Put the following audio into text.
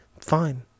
fine